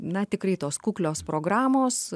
na tikrai tos kuklios programos